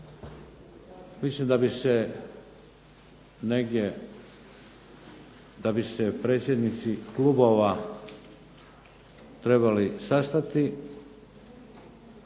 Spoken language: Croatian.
mislim da bi se negdje, da bi se predsjednici klubova trebali sastati